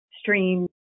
stream